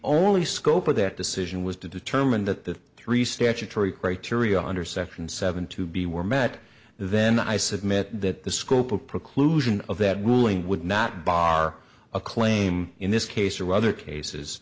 only scope of that decision was to determine that the three statutory criteria under section seven to be were met then i submit that the scope of preclusion of that ruling would not bar a claim in this case or other cases